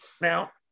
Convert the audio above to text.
Now